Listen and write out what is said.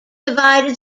divided